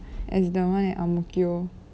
as the one at ang mo kio